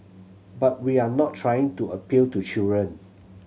but we're not trying to appeal to children